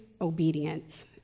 obedience